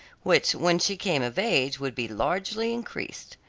which when she came of age would be largely increased.